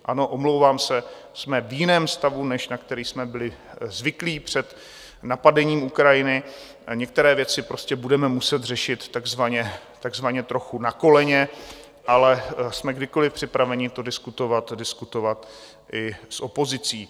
Ano, omlouvám se, jsme v jiném stavu, než na který jsme byli zvyklí před napadením Ukrajiny, a některé věci prostě budeme muset řešit takzvaně trochu na koleně, ale jsme kdykoli připraveni to diskutovat, a diskutovat i s opozicí.